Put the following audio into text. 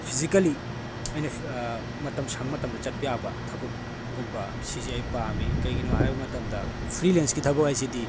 physically ꯑꯩꯅ ꯃꯇꯝ ꯁꯪꯕ ꯃꯇꯝꯗ ꯆꯠꯄ ꯌꯥꯕ ꯊꯕꯛꯀꯨꯝꯕ ꯁꯤꯁꯦ ꯑꯩ ꯄꯥꯝꯃꯤ ꯀꯩꯒꯤꯅꯣ ꯍꯥꯏꯕ ꯃꯇꯝꯗ ꯐ꯭ꯔꯤꯂꯦꯟꯁꯀꯤ ꯊꯕꯛ ꯍꯥꯏꯁꯤꯗꯤ